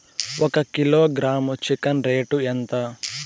ఒక kilogram chicken rate ఎంత?